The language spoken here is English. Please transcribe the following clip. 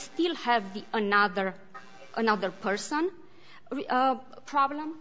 still have another another person problem